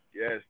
Yes